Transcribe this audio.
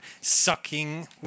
sucking